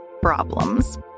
problems